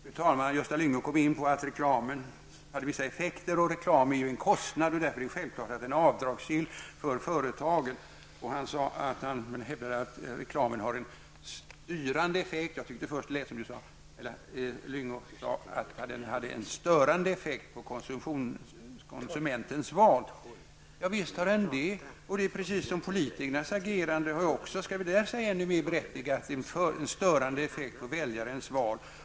Fru talman! Gösta Lyngå kom in på att reklamen har vissa effekter. Reklam är ju en kostnad, och därför är det självklart att den skall vara avdragsgill för företagen. Gösta Lyngå hävdade att reklam har en styrande effekt. Jag tyckte först att Gösta Lyngå sade att den hade en störande effekt på konsumentens val. Visst har den det. Politikernas agerande har också -- vi skall väl kunna vara ärliga -- en störande effekt på väljarnas val.